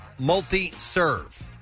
multi-serve